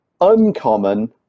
uncommon